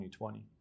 2020